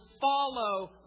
follow